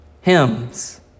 hymns